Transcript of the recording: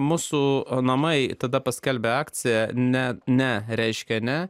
mūsų namai tada paskelbė akciją ne ne reiškia ne